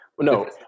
No